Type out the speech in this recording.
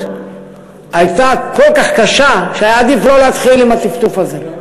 היה קשה כל כך שהיה עדיף לא להתחיל עם הטפטוף הזה.